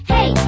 Hey